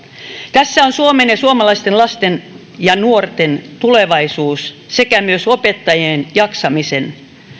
tässä on suomen ja suomalaisten lasten ja nuorten tulevaisuus sekä myös opettajien jaksamisen